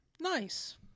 nice